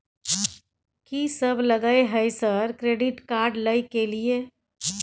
कि सब लगय हय सर क्रेडिट कार्ड लय के लिए?